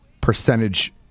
percentage